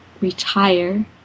retire